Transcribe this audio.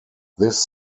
this